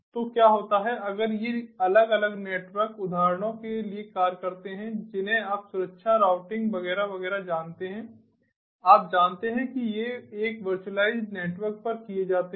तो क्या होता है अगर ये अलग अलग नेटवर्क उदाहरणों के लिए कार्य करते हैं जिन्हें आप सुरक्षा राउटिंग वगैरह वगैरह जानते हैं आप जानते हैं कि ये एक वर्चुअलाइज्ड नेटवर्क पर किए जाते हैं